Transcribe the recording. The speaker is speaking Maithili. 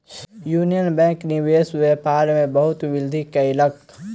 यूनियन बैंक निवेश व्यापार में बहुत वृद्धि कयलक